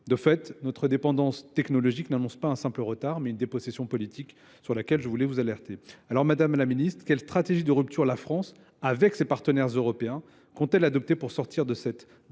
De fait, notre dépendance technologique n'annonce pas un simple retard, mais une dépossession politique sur laquelle je voulais vous alerter. Alors Madame la Ministre, quelle stratégie de rupture la France, avec ses partenaires européens, compte-elle adopter pour sortir de cette